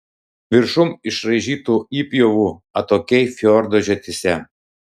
viršum išraižytų įpjovų atokiai fjordo žiotyse